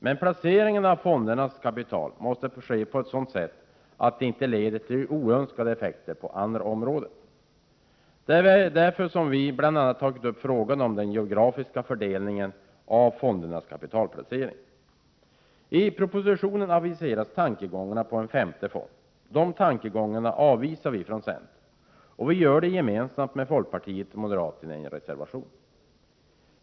Men placeringarna av fondernas kapital måste ske på ett sådant sätt att det inte leder till oönskade effekter på andra områden. Det är därför som vi bl.a. tagit upp frågan om den geografiska fördelningen av fondernas kapitalplacering. I propositionen aviseras tanken på en femte fond. Dessa tankegångar avvisar vi från centern. Och vi gör det gemensamt med folkpartiet och moderaterna i en reservation.